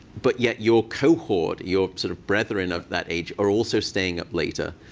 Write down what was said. but yet your cohort, your sort of brethren of that age, are also staying up later.